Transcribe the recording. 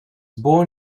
born